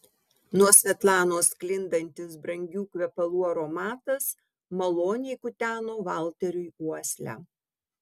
nuo svetlanos sklindantis brangių kvepalų aromatas maloniai kuteno valteriui uoslę